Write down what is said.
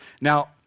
Now